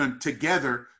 together